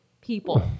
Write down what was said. people